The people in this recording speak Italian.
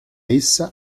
essa